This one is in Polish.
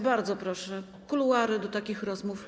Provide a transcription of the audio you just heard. Bardzo proszę, kuluary są do takich rozmów.